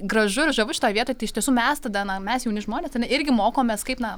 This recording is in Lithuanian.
gražu ir žavu šitoj vietoj tai iš tiesų mes tada na mes jauni žmonės ar ne irgi mokomės kaip na